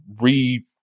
re